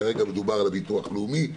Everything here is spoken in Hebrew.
כרגע מדובר על הביטוח הלאומי.